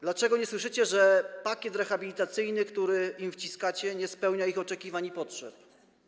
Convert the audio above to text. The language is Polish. Dlaczego nie słyszycie, że pakiet rehabilitacyjny, który im wciskacie, nie spełnia ich oczekiwań i potrzeb?